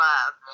love